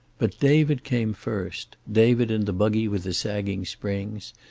but david came first david in the buggy with the sagging springs,